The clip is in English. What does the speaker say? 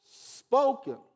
spoken